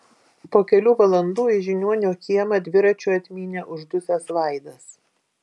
po kelių valandų į žiniuonio kiemą dviračiu atmynė uždusęs vaidas